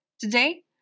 Today